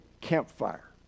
campfire